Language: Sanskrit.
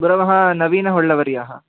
गुरवः नवीनहोळ्ळवर्यः